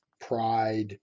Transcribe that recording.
pride